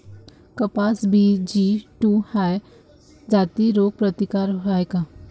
कपास BG two ह्या जाती रोग प्रतिकारक हाये का?